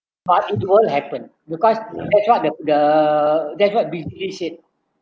but it will happen because that's what the the that's what said